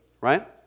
right